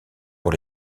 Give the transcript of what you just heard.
pour